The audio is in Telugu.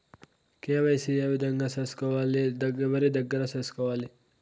కె.వై.సి ఏ విధంగా సేసుకోవాలి? ఎవరి దగ్గర సేసుకోవాలి?